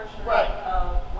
Right